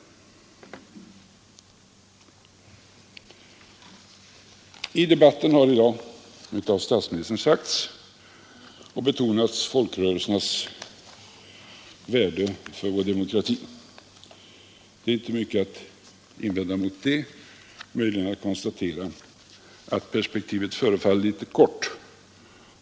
I debatten har statsministern i dag betonat folkrörelsernas värde för vår demokrati. Det är inte mycket att invända mot det. Möjligen kan man konstatera att perspektivet förefaller en aning kort.